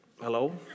Hello